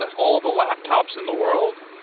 ah all the laptops in the world?